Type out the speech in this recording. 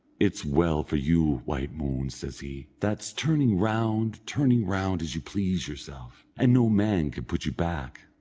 it's well for you, white moon, says he, that's turning round, turning round, as you please yourself, and no man can put you back.